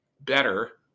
better